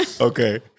Okay